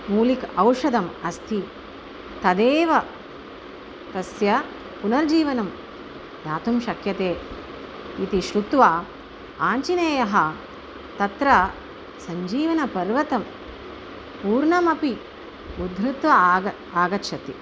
मूलिकौषधम् अस्ति तदेव तस्य पुनर्जीवनं दातुं शक्यते इति श्रुत्वा आञ्जनेयः तत्र सञ्जीवनपर्वतं पूर्णमपि उद्धृत्य आग आगच्छति